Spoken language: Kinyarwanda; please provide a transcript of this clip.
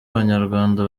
abanyarwanda